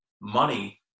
money